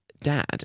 Dad